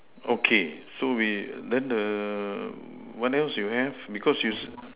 okay so we then the what else you have because you say